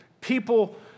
People